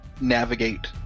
navigate